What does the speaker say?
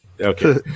Okay